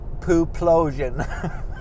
poo-plosion